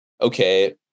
okay